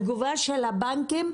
התגובה של הבנקים,